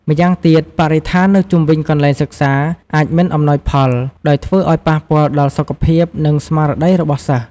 ម្យ៉ាងទៀត បរិស្ថាននៅជុំវិញកន្លែងសិក្សាអាចមិនអំណោយផល ដែលធ្វើអោយប៉ះពាល់ដល់សុខភាព និងស្មារតីរបស់សិស្ស។